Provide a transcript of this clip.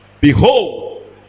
Behold